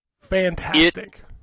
fantastic